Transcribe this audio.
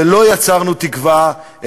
ולא יצרנו תקווה,